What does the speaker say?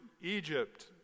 Egypt